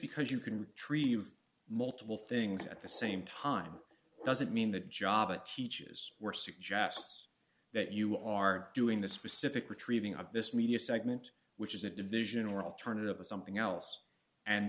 because you can retrieve multiple things at the same time doesn't mean the job it teaches were suggests that you are doing the specific retrieving of this media segment which is a division or alternative to something else and